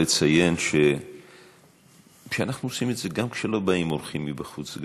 לציין שאנחנו עושים את זה גם כשלא באים אורחים מבחוץ.